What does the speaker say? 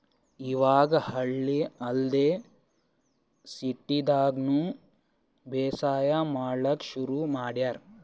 ಇವಾಗ್ ಹಳ್ಳಿ ಅಲ್ದೆ ಸಿಟಿದಾಗ್ನು ಬೇಸಾಯ್ ಮಾಡಕ್ಕ್ ಶುರು ಮಾಡ್ಯಾರ್